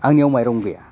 आंनियाव माइरं गैया